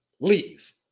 leave